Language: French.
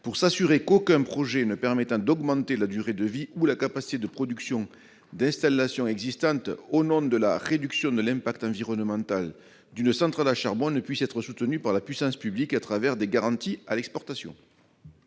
pour s'assurer qu'aucun projet permettant d'augmenter la durée de vie ou la capacité de production d'installations existantes au nom de la « réduction de l'impact environnemental » d'une centrale à charbon ne peut être soutenu par la puissance publique à travers des garanties à l'exportation.